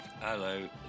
hello